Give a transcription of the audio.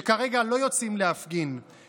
שכרגע לא יוצאים להפגין,